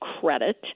credit